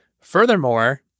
Furthermore